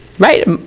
Right